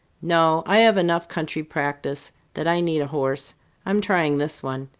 no. i have enough country practice that i need a horse i'm trying this one.